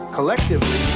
Collectively